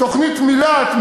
תוכנית מיל"ת,